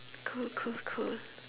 cool cool cool